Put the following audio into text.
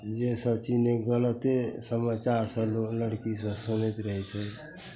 जे सब चीज नहि गलते समाचार सब लोक लड़कीसभ सुनैत रहै छै